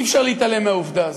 אי-אפשר להתעלם מהעובדה הזו.